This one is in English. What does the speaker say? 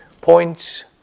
points